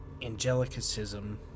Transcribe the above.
angelicism